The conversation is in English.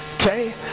Okay